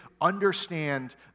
understand